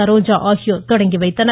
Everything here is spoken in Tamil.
சரோஜா ஆகியோர் தொடங்கி வைத்தனர்